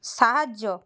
সাহায্য